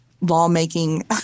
lawmaking